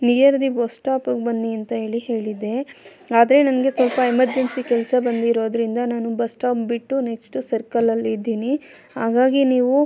near the bus ಸ್ಟಾಪ್ಗೆ ಬನ್ನಿ ಅಂತ ಹೇಳಿ ಹೇಳಿದ್ದೆ ಆದರೆ ನನಗೆ ಸ್ವಲ್ಪ ಎಮರ್ಜೆನ್ಸಿ ಕೆಲಸ ಬಂದಿರೋದರಿಂದ ನಾನು ಬಸ್ ಸ್ಟಾಪ್ ಬಿಟ್ಟು ನೆಕ್ಸ್ಟ್ ಸರ್ಕಲಲ್ಲಿ ಇದ್ದೀನಿ ಹಾಗಾಗಿ ನೀವು